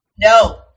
No